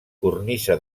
cornisa